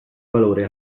valore